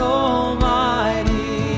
almighty